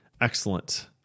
excellent